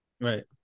Right